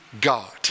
God